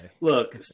Look